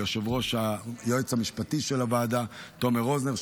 ליועץ המשפטי של הוועדה תומר רוזנר,